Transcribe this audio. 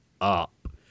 up